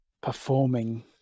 performing